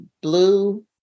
blue